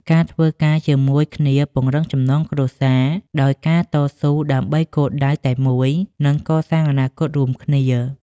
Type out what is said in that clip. ការធ្វើការជាមួយគ្នាពង្រឹងចំណងគ្រួសារ ដោយការតស៊ូដើម្បីគោលដៅតែមួយ និងកសាងអនាគតរួមគ្នា។